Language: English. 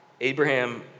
Abraham